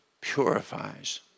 purifies